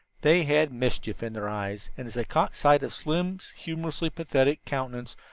they had mischief in their eyes, and as they caught sight of slim's humorously pathetic countenance,